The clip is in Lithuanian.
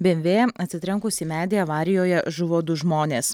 bmw atsitrenkus į medį avarijoje žuvo du žmonės